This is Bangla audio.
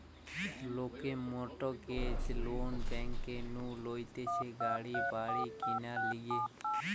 লোকে মর্টগেজ লোন ব্যাংক নু লইতেছে গাড়ি বাড়ি কিনার লিগে